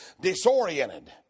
disoriented